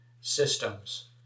systems